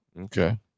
Okay